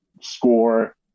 score